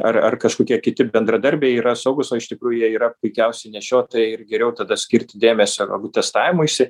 ar ar kažkokie kiti bendradarbiai yra saugūs o iš tikrųjų jie yra puikiausiai nešiotojai ir geriau tada skirti dėmesio galbūt testavimuisi